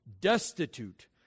destitute